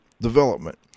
development